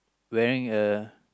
wearing a